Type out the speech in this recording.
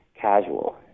casual